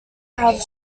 have